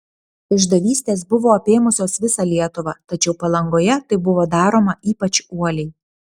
išdavystės buvo apėmusios visą lietuvą tačiau palangoje tai buvo daroma ypač uoliai